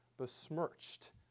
besmirched